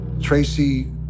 tracy